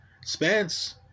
Spence